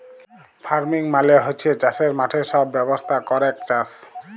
farming মালে হচ্যে চাসের মাঠে সব ব্যবস্থা ক্যরেক চাস